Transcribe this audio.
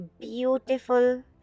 beautiful